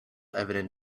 evident